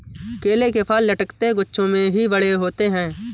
केले के फल लटकते गुच्छों में ही बड़े होते है